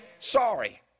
sorry